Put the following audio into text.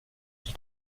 qui